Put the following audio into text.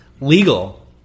legal